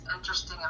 interesting